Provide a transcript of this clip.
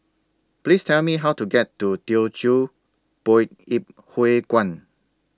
Please Tell Me How to get to Teochew Poit Ip Huay Kuan